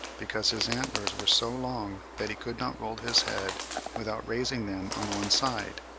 because his antlers were so long that he could not roll his head without raising them on one side,